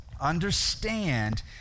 understand